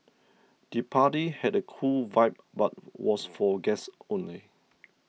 the party had a cool vibe but was for guests only